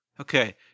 Okay